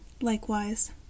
Likewise